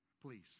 please